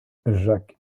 jacques